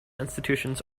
institutions